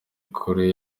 kure